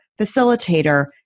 facilitator